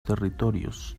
territorios